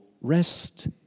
rest